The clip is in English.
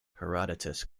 herodotus